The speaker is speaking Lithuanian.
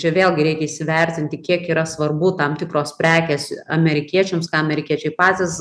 čia vėlgi reikia įsivertinti kiek yra svarbu tam tikros prekės amerikiečiams amerikiečiai patys